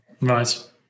right